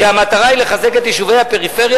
כשהמטרה היא לחזק את יישובי הפריפריה